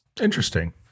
Interesting